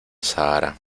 sahara